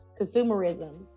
Consumerism